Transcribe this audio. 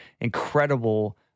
incredible